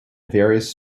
various